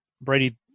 Brady